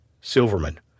Silverman